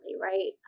Right